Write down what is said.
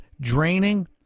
draining